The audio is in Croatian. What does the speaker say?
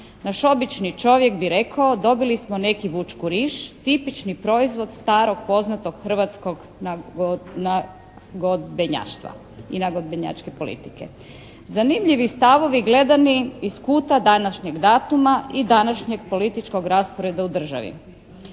Naš obični čovjek bi rekao: Dobili smo neki bučkuriš. Tipični proizvod starog poznatog hrvatskog nagodbenjaštva i nagodbenjačke politike. Zanimljivi stavovi gledani iz kuta današnjeg datuma i današnjeg političkog rasporeda u državi.